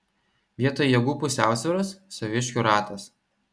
vietoj jėgų pusiausvyros saviškių ratas